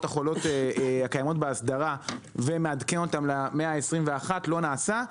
החולות שקיימות באסדרה ומעדכן אותן למאה ה-21 לא נעשה,